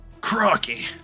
Crocky